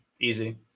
easy